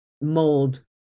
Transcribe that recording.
mold